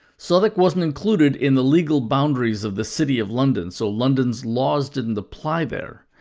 so like wasn't included in the legal boundaries of the city of london, so london's laws didn't apply there.